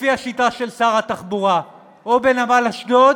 לפי השיטה של שר התחבורה, או בנמל אשדוד